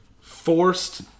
forced